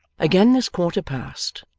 again this quarter passed,